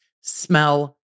smell